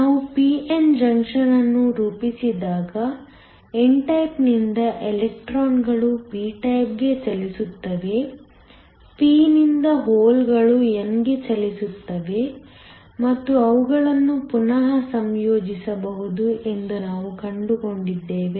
ನಾವು p n junction ಅನ್ನು ರೂಪಿಸಿದಾಗ n ಟೈಪ್ನಿಂದ ಎಲೆಕ್ಟ್ರಾನ್ಗಳು p ಟೈಪ್ಗೆ ಚಲಿಸುತ್ತವೆ p ನಿಂದ ಹೋಲ್ಗಳು n ಗೆ ಚಲಿಸುತ್ತವೆ ಮತ್ತು ಅವುಗಳನ್ನು ಪುನಃ ಸಂಯೋಜಿಸಬಹುದು ಎಂದು ನಾವು ಕಂಡುಕೊಂಡಿದ್ದೇವೆ